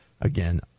again